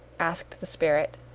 asked the spirit.